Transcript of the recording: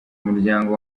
umuryango